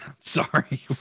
Sorry